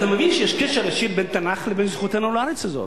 אתה מבין שיש קשר ישיר בין תנ"ך לבין זכותנו על הארץ הזאת.